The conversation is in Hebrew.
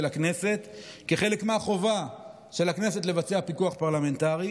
הכנסת כחלק מהחובה של הכנסת לבצע פיקוח פרלמנטרי,